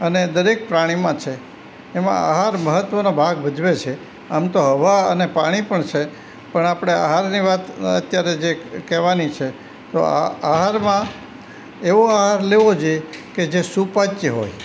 અને દરેક પ્રાણીમાં છે એમાં આહાર મહત્ત્વનો ભાગ ભજવે છે આમ તો હવા અને પાણી પણ છે પણ આપણે આહારની વાત અત્યારે જે કહેવાની છે તો આ આહારમા એવો આહાર લેવો જોઈએ કે જે સુપાચ્ય હોય